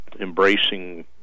embracing